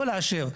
לא לאשר.